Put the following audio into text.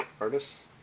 Artists